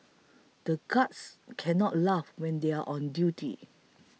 the guards can not laugh when they are on duty